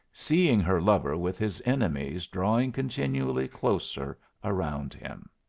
seeing her lover with his enemies drawing continually closer around him.